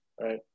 Right